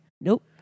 Nope